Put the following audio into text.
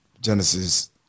Genesis